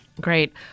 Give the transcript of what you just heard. Great